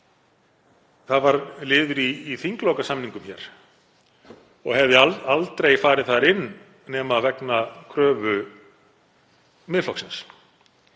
Það var liður í þinglokasamningum hér og hefði aldrei farið þar inn nema vegna kröfu Miðflokksins.